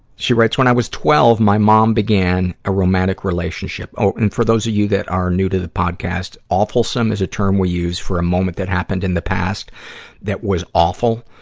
she writes, when i was twelve, my mom began a romantic relationship oh, and for those of you that are new to the podcast, awfulsome is a term we use for a moment that happened in the past that was awful,